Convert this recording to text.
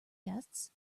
guests